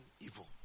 evil